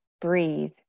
breathe